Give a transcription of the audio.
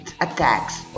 attacks